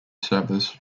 service